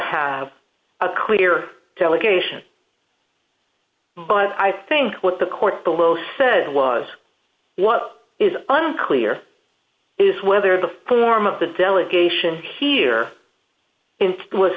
have a clear television but i think what the court below said was what is unclear is whether the form of the delegation here in was